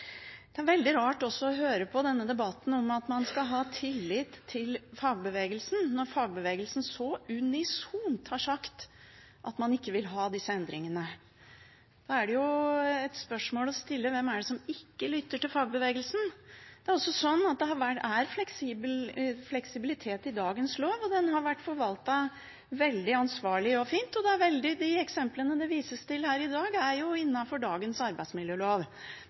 er også veldig rart å høre i denne debatten at man skal ha tillit til fagbevegelsen, når fagbevegelsen så unisont har sagt at man ikke vil ha disse endringene. Da kan man stille spørsmålet: Hvem er det som ikke lytter til fagbevegelsen? Det er fleksibilitet i dagens lov, og den har vært forvaltet veldig ansvarlig og fint. De eksemplene det vises til her i dag, er jo innafor dagens arbeidsmiljølov.